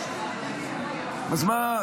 אז מה?